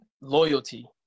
loyalty